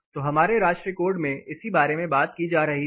तो हमारे राष्ट्रीय कोड में इसी बारे में बात की जा रही थी